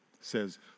Says